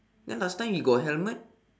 then last time he got helmet